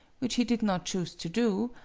which he did not choose to do,